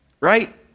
right